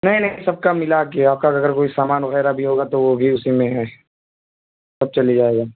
نہیں نہیں سب کا ملا کے آپ کا اگر کوئی سامان وغیرہ بھی ہوگا تو وہ بھی اسی میں ہے سب چلے جائے گا